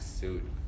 suit